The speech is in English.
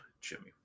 Jimmy